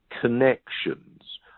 connections